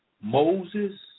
Moses